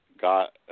got